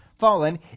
fallen